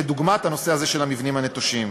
כדוגמת הנושא הזה של המבנים הנטושים.